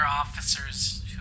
officers